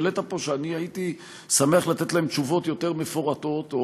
שאני הייתי שמח לתת להם תשובות יותר מפורטות.